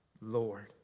Lord